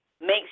makes